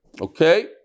Okay